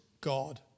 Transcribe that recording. God